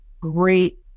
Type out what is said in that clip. great